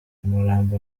umurambo